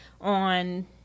on